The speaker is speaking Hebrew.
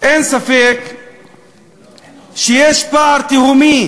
אין ספק שיש פער תהומי